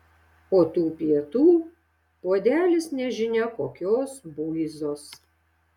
o tų pietų puodelis nežinia kokios buizos